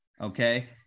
Okay